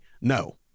No